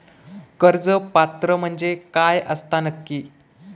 कर्ज पात्र म्हणजे काय असता नक्की?